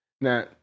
Now